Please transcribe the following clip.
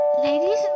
Ladies